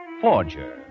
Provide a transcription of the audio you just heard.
forger